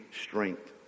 strength